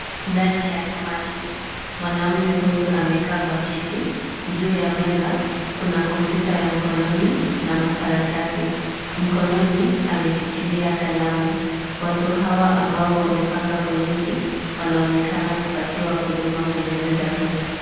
Ndani ya hema hii, mwanaume huyu amekaa kwa kiti. Juu ya meza kuna kompyuta ya mkononi na makaratasi. Mkononi ameshikilia kalamu. Watu hawa ambao wamepanga foleni wanaonekana kupatiwa huduma kwenye meza hii.